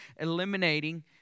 eliminating